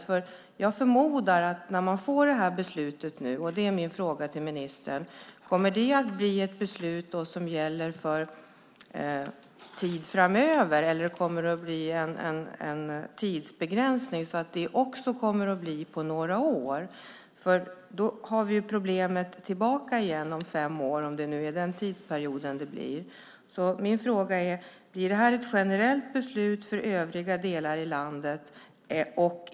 Min fråga till ministern är: När man får det här beslutet, kommer det då att bli ett beslut som gäller för en tid framöver? Eller kommer det att bli en tidsbegränsning så att det kommer att gälla i några år? Då kommer problemet tillbaka om fem år, om det är den tidsperioden som gäller. Blir det här ett generellt beslut för övriga delar av landet?